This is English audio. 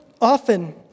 often